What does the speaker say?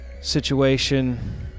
situation